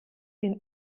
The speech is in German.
den